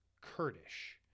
kurdish